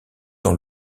dans